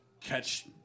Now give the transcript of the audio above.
catch